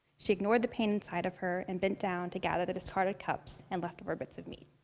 she ignored the pain inside of her and bent down to gather the discarded cups and leftover bits of meat.